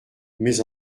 mais